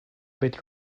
bit